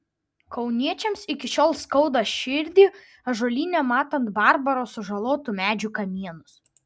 kauniečiams iki šiol skauda širdį ąžuolyne matant barbaro sužalotų medžių kamienus